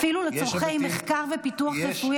אפילו לצורכי מחקר ופיתוח רפואי.